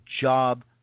job